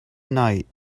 night